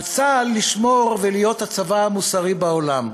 על צה"ל לשמור ולהיות הצבא המוסרי בעולם,